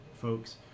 folks